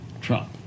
Trump